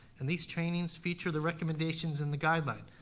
and these trainings feature the recommendations in the guideline,